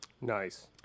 Nice